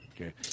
Okay